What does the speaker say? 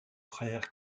frères